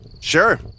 Sure